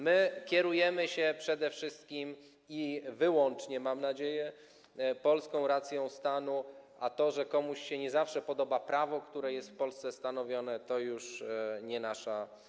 My kierujemy się przede wszystkim i wyłącznie, mam nadzieję, polską racją stanu, a to, że komuś się nie zawsze podoba prawo, które jest w Polsce stanowione, to już nie nasza.